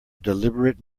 deliberate